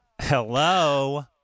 Hello